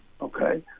Okay